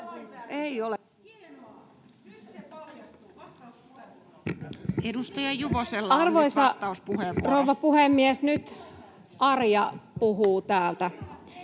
Arvoisa rouva puhemies! Nyt Arja puhuu täältä.